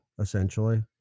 Essentially